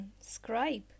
scribe